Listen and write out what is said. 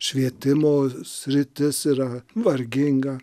švietimo sritis yra varginga